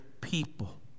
people